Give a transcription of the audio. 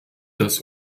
das